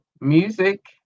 music